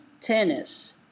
tennis